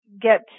get